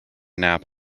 nap